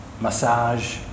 Massage